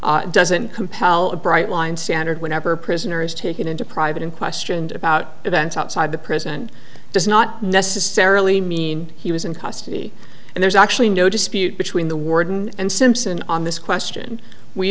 mathes doesn't compel a bright line standard whenever a prisoner is taken into private and questioned about events outside the prison does not necessarily mean he was in custody and there's actually no dispute between the warden and simpson on this question we